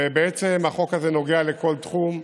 ובעצם החוק הזה נוגע לכל תחום,